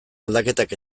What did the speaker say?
aldaketak